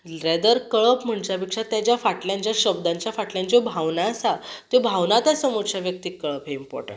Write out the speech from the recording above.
rather कळप म्हणच्या पेक्षा तेज्या फाटल्यान ज्या शब्दांच्या फाटल्यान ज्यो भावना आसात त्यो भावना त्या समोरच्या व्यक्तीक कळप हें इंपोर्टण्ट